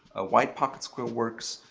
a white pocket square works.